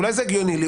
אולי זה הגיוני לי,